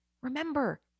Remember